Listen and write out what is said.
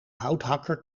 houthakker